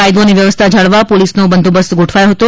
કાયદો અને વ્યવસ્થા જાળવવા પોલીસનો બંદોબસ્ત ગોઠવાયો હતો